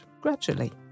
gradually